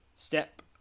Step